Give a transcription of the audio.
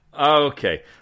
okay